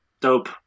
Dope